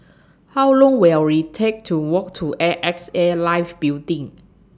How Long Will IT Take to Walk to A X A Life Building